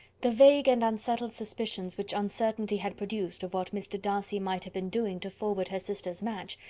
the vague and unsettled suspicions which uncertainty had produced of what mr. darcy might have been doing to forward her sister's match,